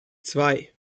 zwei